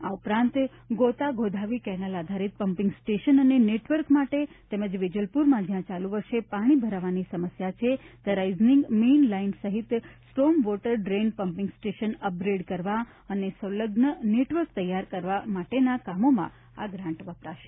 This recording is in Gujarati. આ ઉપરાંત ગોતા ગોધાવી કેનાલ આધારિત પંપિંગ સ્ટેશન અને નેટવર્ક માટે તેમજ વેજલપુરમાં જ્યાં ચાલુ વર્ષે પાણી ભરાવાની સમસ્યા છે ત્યાં રાઇઝિનિંગ મેઇન લાઇન સહિત storm water drain pumping station upgrade કરવા અને સંલગ્ન નેટવર્ક તૈયાર કરવા માટેના કામોમાં ગ્રાન્ટ વપરાશે